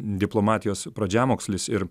diplomatijos pradžiamokslis ir